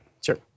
Sure